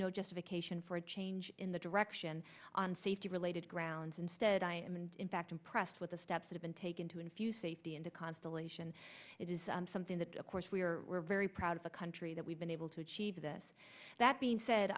no justification for a change in the direction on safety related grounds instead i am and in fact impressed with the steps have been taken to infuse safety into constellation it is something that of course we are we're very proud of the country that we've been able to achieve this that being said